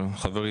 חברי,